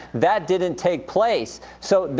that didn't take place. so,